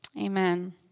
amen